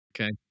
okay